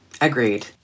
Agreed